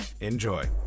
enjoy